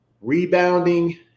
Rebounding